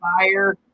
fire